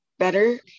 better